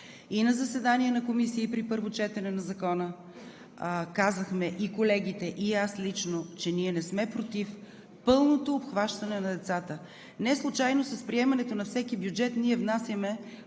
И на заседание на Комисията, и при първо четене на Закона казахме – и колегите, и аз лично, че ние не сме против пълното обхващане на децата. Неслучайно с приемането на всеки бюджет ние внасяме